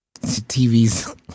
TV's